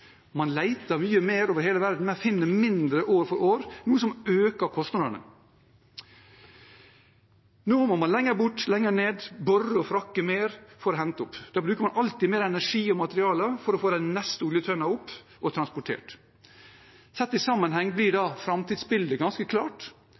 Man leter mye mer over hele verden, men finner mindre år for år, noe som øker kostnadene. Nå må man lenger bort, lenger ned, bore og «fracke» mer for å hente opp. Da bruker man alltid mer energi og materialer for å få den neste oljetønna opp og transportert. Sett i sammenheng blir da